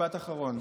משפט אחרון,